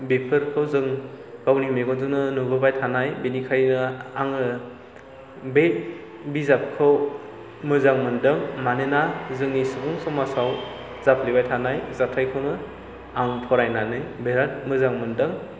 बेफोरखौ जों गावनि मेगनजोंनो नुबोबाय थानाय बेनिखायनो आङो बे बिजाबखौ मोजां मोनदों मानोना जोंनि सुबुं समाजाव जाफ्लेबाय थानाय जाथायखौनो आं फरायनानै बिराद मोजां मोनदों